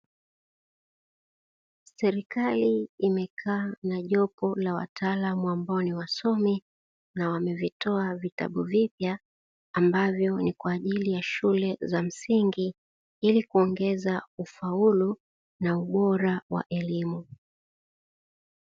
Serikali imekaa na jopo la wataalamu ambao ni wasomi na wamevitoa vitabu vipya, ambavyo ni kwa ajili ya shule za msingi ili kuongeza ufaulu na ubora wa elimu.